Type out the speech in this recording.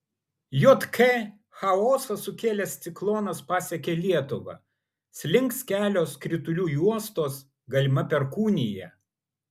jk chaosą sukėlęs ciklonas pasiekė lietuvą slinks kelios kritulių juostos galima perkūnija